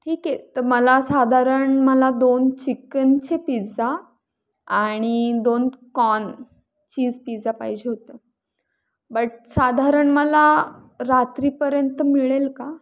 ठीक आहे तर मला साधारण मला दोन चिकनचे पिझ्झा आणि दोन कॉन चीज पिजा पाहिजे होतं बट साधारण मला रात्रीपर्यंत मिळेल का